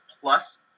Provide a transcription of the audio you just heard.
plus